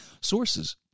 sources